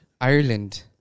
Ireland